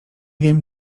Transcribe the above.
wiem